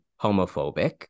homophobic